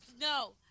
No